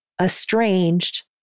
estranged